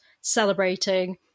celebrating